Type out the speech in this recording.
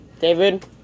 David